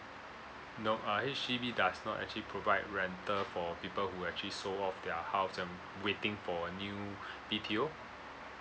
no uh H_D_B does not actually provide rental for people who actually sold off their house and waiting for a new B_T_O